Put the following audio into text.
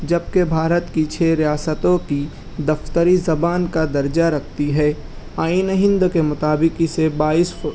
جبکہ بھارت کی چھ ریاستوں کی دفتری زبان کا درجہ رکھتی ہے آئین ہند کے مطابق اسے بائیس